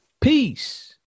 Peace